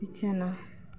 ᱵᱤᱪᱷᱟᱱᱟ